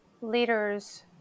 leaders